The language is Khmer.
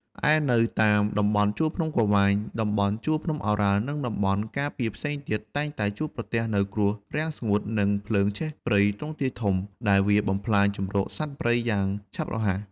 រីឯនៅតាមតំបន់ជួរភ្នំក្រវាញ តំបន់ភ្នំឱរ៉ាល់ និងតំបន់ការពារផ្សេងទៀត តែងតែជួបប្រទះនូវគ្រោះរាំងស្ងួត និងភ្លើងឆេះព្រៃទ្រង់ទ្រាយធំ ដែលវាបំផ្លាញជម្រកសត្វព្រៃយ៉ាងឆាប់រហ័ស។